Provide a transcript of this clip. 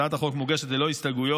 הצעת החוק מוגשת ללא הסתייגויות.